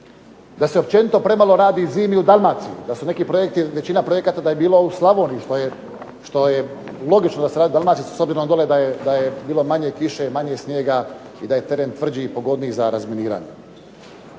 Da se općenito malo radi zimi u Dalmaciji da su neki projekti većina projekata da je bila u Slavoniji, što je logično. S obzirom da je dolje bilo manje kiše, manje snijega i da je teren tvrđi i pogodniji za razminiranje.